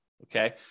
Okay